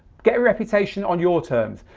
get a reputation on your terms.